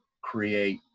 create